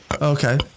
Okay